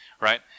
right